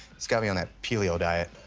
he's got me on that peelio diet.